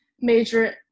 major